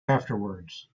afterwards